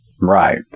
Right